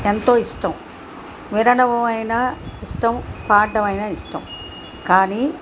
ఎంతో ఇష్టం వినడమూ అయినా ఇష్టం పాడడము అయినా ఇష్టం కానీ